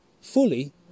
fully